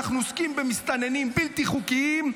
אנחנו עוסקים במסתננים בלתי חוקיים,